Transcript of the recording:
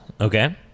Okay